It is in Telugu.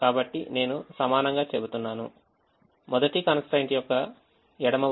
కాబట్టి నేను సమానంగా చెబుతున్నాను మొదటి constraint యొక్క ఎడమ వైపు 3X1 3X2